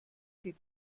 die